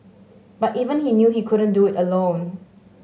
but even he knew he couldn't do it alone